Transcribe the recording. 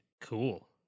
Cool